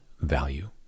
value